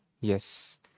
yes